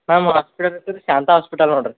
ನಮ್ಮ ಹಾಸ್ಪಿಟಲ್ ಹೆಸ್ರು ಶಾಂತಾ ಹಾಸ್ಪಿಟಲ್ ನೋಡಿರಿ